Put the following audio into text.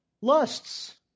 lusts